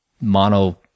mono